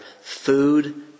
food